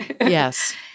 yes